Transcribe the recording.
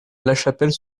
lachapelle